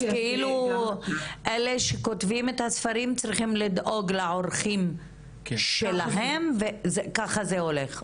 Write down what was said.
אז אלה שכותבים את הספרים צריכים לדאוג לעורכים שלהם וככה זה הולך.